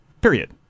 Period